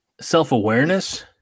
self-awareness